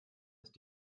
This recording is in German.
ist